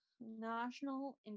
National